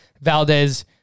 Valdez